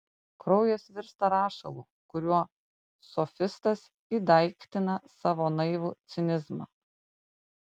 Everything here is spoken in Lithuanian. kraujas virsta rašalu kuriuo sofistas įdaiktina savo naivų cinizmą